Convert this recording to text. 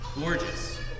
Gorgeous